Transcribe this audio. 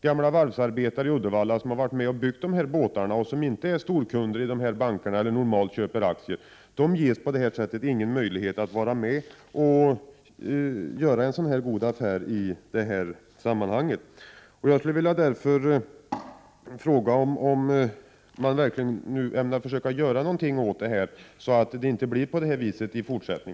Gamla varvsarbetare i Uddevalla som har varit med om att bygga båtarna men som inte är storkunder i bankerna eller normalt inte köper aktier ges på detta sätt ingen möjlighet att vara med och göra en god affär i detta sammanhang.